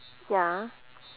ya